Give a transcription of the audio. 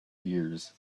years